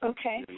Okay